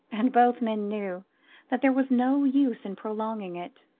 and both men knew that there was no use in prolonging it.